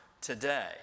today